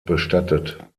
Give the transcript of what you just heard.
bestattet